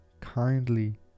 kindly